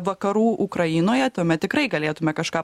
vakarų ukrainoje tuomet tikrai galėtume kažką